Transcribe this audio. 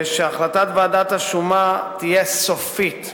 ושהחלטת ועדת השומה תהיה סופית,